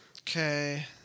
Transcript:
Okay